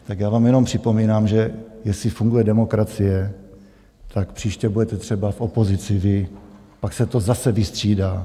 Tak já vám jenom připomínám, že jestli funguje demokracie, tak příště budete třeba v opozici vy, pak se to zase vystřídá.